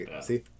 See